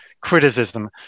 criticism